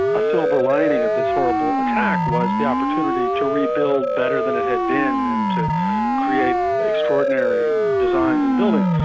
a silver lining of this horrible attack was the opportunity to rebuild better than it had been and to create extraordinary designs and buildings.